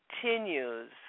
continues